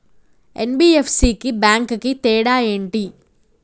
NBFC కి bank కి తేడా ఏంటి?